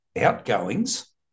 outgoings